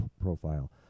profile